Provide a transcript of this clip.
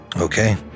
Okay